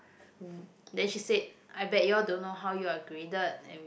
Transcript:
then she said I bet you all don't know how you are graded and